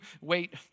wait